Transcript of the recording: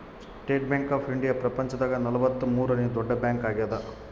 state bank of India ಪ್ರಪಂಚ ದಾಗ ನಲವತ್ತ ಮೂರನೆ ದೊಡ್ಡ ಬ್ಯಾಂಕ್ ಆಗ್ಯಾದ